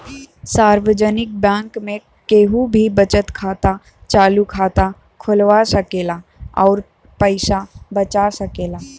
सार्वजनिक बैंक में केहू भी बचत खाता, चालु खाता खोलवा सकेला अउर पैसा बचा सकेला